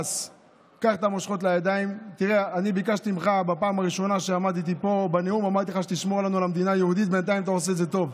שקצת היה רדום וישב קצת בביתו וחשב שאפשר לחכות בבית ולא לצאת להצביע,